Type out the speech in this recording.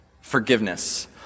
Forgiveness